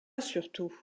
surtout